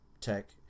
tech